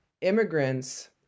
immigrants